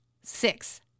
six